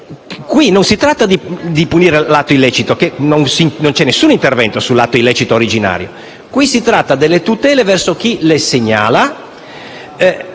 Qui non si tratta di punire l'atto illecito, in quanto non c'è nessun intervento sull'atto illecito originario, ma si tratta delle tutele verso chi segnala;